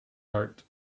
heart